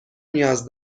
نیاز